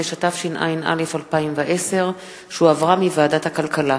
45), התשע"א 2010, שהחזירה ועדת הכלכלה.